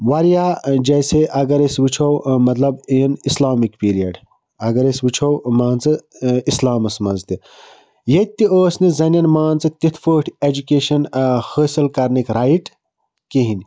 واریاہ جیسے اَگر أسۍ وُچھو ٲں مطلب اِن اِسلامِک پیٖریٚڈ اَگر أسۍ وُچھو مان ژٕ ٲں اِسلامَس مَنٛز تہِ ییٚتہِ تہِ ٲسۍ نہٕ زَنیٚن مان ژٕ تِتھ پٲٹھۍ ایٚجوکیشَن ٲں حٲصِل کَرنٕکۍ رایٹ کِہیٖنۍ